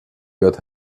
got